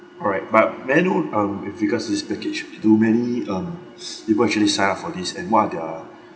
all right but may I know um if regards this package do many um people actually sign up for this and what are their